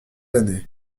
années